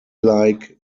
like